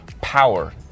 Power